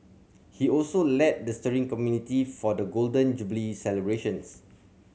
he also led the steering committee for the Golden Jubilee celebrations